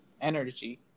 energy